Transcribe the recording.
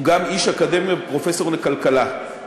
הוא גם איש אקדמיה ופרופסור לכלכלה.